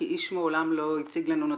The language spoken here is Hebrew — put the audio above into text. כי איש מעולם לא הציג לנו נתון,